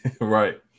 Right